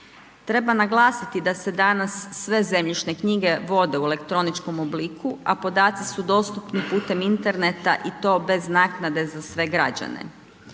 Treba naglasiti da se danas sve zemljišne knjige vode u elektroničkom obliku a podaci su dostupni putem interneta i to bez naknade za sve građane.